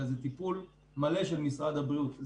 אלא זה טיפול מלא של משרד הבריאות.